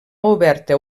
oberta